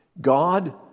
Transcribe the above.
God